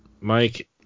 Mike